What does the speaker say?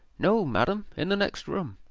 no, madam in the next room.